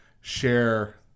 share